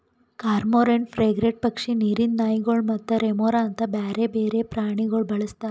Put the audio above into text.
cormorant, frigate ಪಕ್ಷಿ, ನೀರಿಂದ್ ನಾಯಿಗೊಳ್ ಮತ್ತ ರೆಮೊರಾ ಅಂತ್ ಬ್ಯಾರೆ ಬೇರೆ ಪ್ರಾಣಿಗೊಳ್ ಬಳಸ್ತಾರ್